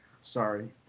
Sorry